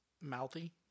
Mouthy